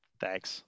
Thanks